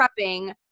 prepping